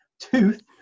tooth